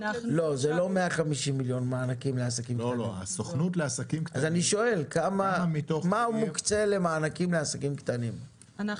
אני שואל, מה מוקצה למענקים לעסקים קטנים?